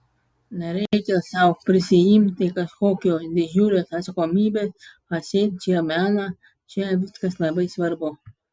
nereikia sau prisiimti kažkokios didžiulės atsakomybės atseit čia menas čia viskas labai svarbu